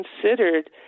considered